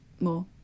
more